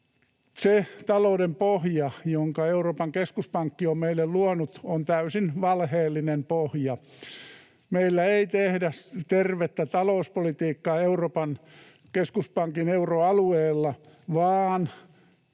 se talouden pohja, jonka Euroopan keskuspankki on meille luonut, on täysin valheellinen pohja. Meillä ei tehdä tervettä talouspolitiikkaa Euroopan keskuspankin euroalueella vaan